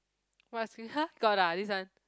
what asking !huh! got ah this one